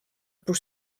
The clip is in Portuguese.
por